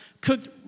cooked